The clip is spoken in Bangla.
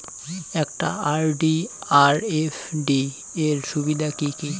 একটা আর.ডি আর এফ.ডি এর সুবিধা কি কি?